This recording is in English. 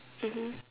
mmhmm